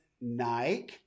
Nike